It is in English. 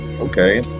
okay